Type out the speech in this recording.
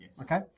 okay